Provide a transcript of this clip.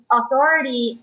authority